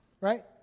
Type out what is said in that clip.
right